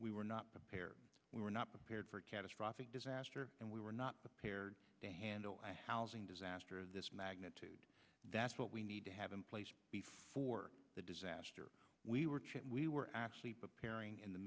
we were not prepared we were not prepared for a catastrophic disaster and we were not prepared to handle a housing disaster of this magnitude that's what we need to have in place before the disaster we were we were actually preparing in the